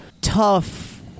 tough